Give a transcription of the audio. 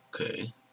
Okay